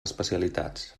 especialitats